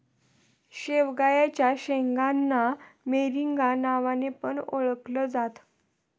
शेवग्याच्या शेंगांना मोरिंगा नावाने पण ओळखल जात